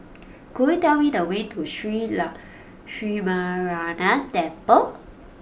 could you tell me the way to Shree Lakshminarayanan Temple